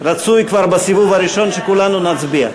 רצוי שכבר בסיבוב הראשון כולנו נצביע.